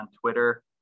Twitter